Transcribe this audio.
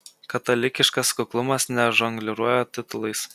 katalikiškas kuklumas nežongliruoja titulais